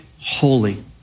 holy